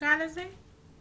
נקרא לזה כך,